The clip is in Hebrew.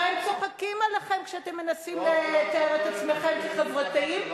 הרי צוחקים עליכם כשאתם מנסים לתאר את עצמכם כחברתיים.